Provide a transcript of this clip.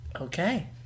Okay